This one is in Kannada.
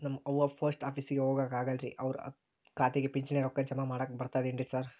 ನಮ್ ಅವ್ವ ಪೋಸ್ಟ್ ಆಫೇಸಿಗೆ ಹೋಗಾಕ ಆಗಲ್ರಿ ಅವ್ರ್ ಖಾತೆಗೆ ಪಿಂಚಣಿ ರೊಕ್ಕ ಜಮಾ ಮಾಡಾಕ ಬರ್ತಾದೇನ್ರಿ ಸಾರ್?